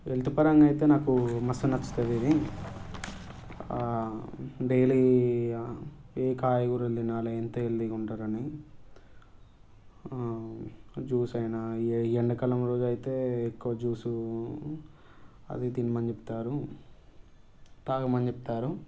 health పరంగా అయితే నాకు మస్తు నచ్చుతుంది ఇది డెయిలీ ఏ కాయగూరలు తినాలి ఎంత హెల్తీగా ఉంటారని జ్యూస్ అయినా ఈ ఎండాకాలం రోజైతే ఎక్కువ జ్యూస్ అవి తినమని చెప్తారు తాగమని చెప్తారు